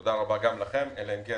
תודה רבה גם לכם, אלא אם כן